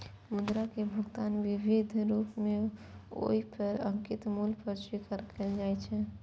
मुद्रा कें भुगतान विधिक रूप मे ओइ पर अंकित मूल्य पर स्वीकार कैल जाइ छै